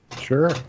Sure